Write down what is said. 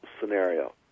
scenario